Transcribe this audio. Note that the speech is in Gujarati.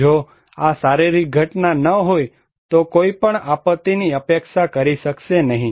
જો આ શારીરિક ઘટના ન હોય તો કોઈ પણ આપત્તિની અપેક્ષા કરી શકશે નહીં